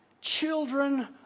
children